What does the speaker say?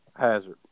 hazard